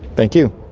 thank you.